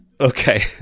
Okay